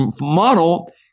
model